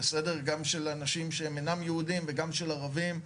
גם של אנשים שהם אינם יהודים וגם של ערבים,